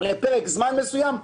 לפרק זמן מסוים.